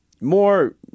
More